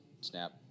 snap